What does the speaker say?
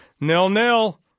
nil-nil